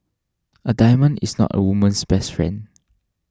a diamond is not a woman's best friend